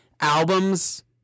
albums